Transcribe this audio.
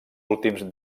últims